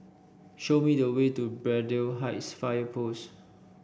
show me the way to Braddell Heights Fire Post